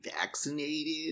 vaccinated